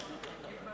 האם אתם